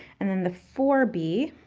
and then the four b,